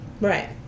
right